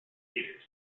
leaders